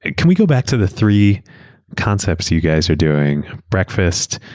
and can we go back to the three concepts you guys are doing? breakfast,